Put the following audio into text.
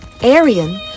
Arian